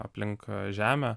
aplink žemę